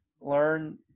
Learn